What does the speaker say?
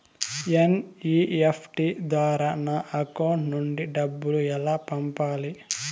NEFT ద్వారా నా account నుండి డబ్బులు ఎలా పంపాలి